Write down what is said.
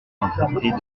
entreprit